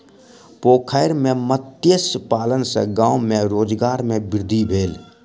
पोखैर में मत्स्य पालन सॅ गाम में रोजगार में वृद्धि भेल